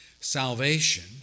salvation